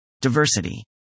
Diversity